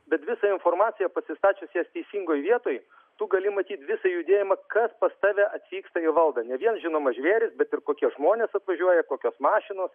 bet visą informaciją pasistačius jas teisingoj vietoj tu gali matyt visą judėjimą kas pas tave atvyksta į valdą ne vien žinoma žvėrys bet ir kokie žmonės atvažiuoja kokios mašinos